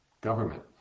government